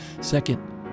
Second